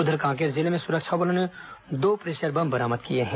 उधर कांकेर जिले में सुरक्षा बलों ने दो प्रेशर बम बरामद किया है